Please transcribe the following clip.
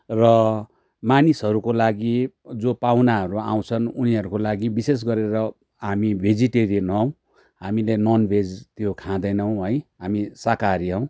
र मानिसहरूको लागि जो पाहुनाहरू आउँछन् उनीहरूको लागि विशेष गरेर हामी भेजिटेरियन हौँ हामीले नन भेज त्यो खाँदैनौँ है हामी शाकाहारी हौँ